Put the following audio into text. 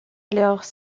alors